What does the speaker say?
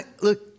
look